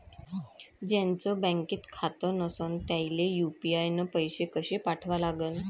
ज्याचं बँकेत खातं नसणं त्याईले यू.पी.आय न पैसे कसे पाठवा लागन?